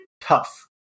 tough